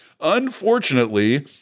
Unfortunately